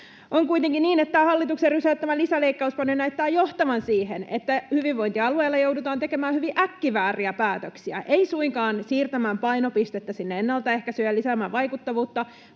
hallituksen rysäyttämä lisäleikkaus näyttää johtavan siihen, että hyvinvointialueilla joudutaan tekemään hyvin äkkivääriä päätöksiä: ei suinkaan siirtämään painopistettä sinne ennaltaehkäisyyn ja lisäämään vaikuttavuutta,